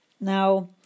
Now